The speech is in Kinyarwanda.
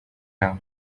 yabo